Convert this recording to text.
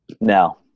No